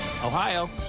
Ohio